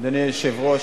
אדוני היושב-ראש,